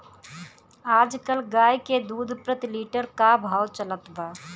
आज कल गाय के दूध प्रति लीटर का भाव चलत बा?